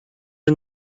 are